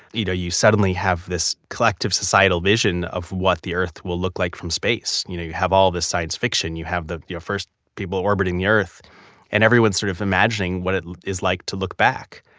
you know you suddenly have this collective societal vision of what the earth will look like from space. you know you have all this science fiction, you have the the first people orbiting the earth and everyone's sort of imagining what it is like to look back.